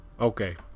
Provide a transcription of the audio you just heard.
Okay